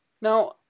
Now